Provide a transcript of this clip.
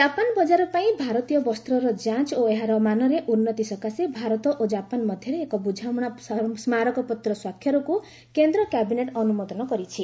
Japan ବଜାରପାଇଁ ଭାରତୀୟ ବସ୍ତର ଯାଞ୍ଚ ଓ ଏହାର ମାନରେ ଉନ୍ନତି ସକାଶେ ଭାରତ ଓ ଜାପାନ ମଧ୍ୟରେ ଏକ ବୁଝାମଣା ସ୍କାରକପତ୍ର ସ୍ୱାକ୍ଷରକୁ କେନ୍ଦ୍ର କ୍ୟାବିନେଟ୍ ଅନୁମୋଦନ କରିଛି